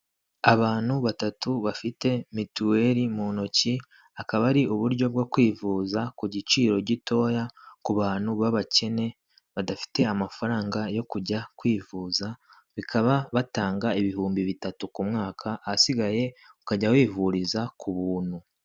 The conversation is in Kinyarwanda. Abantu batatu bafite mituweli mu ntoki akaba ari uburyo bwo kwivuza ku giciro gitoya ku bantu b'abakene badafite amafaranga yo kujya kwivuza, bikaba batanga ibihumbi bitatu ku mwaka ahasigaye ukajya wivuriza ku buntu.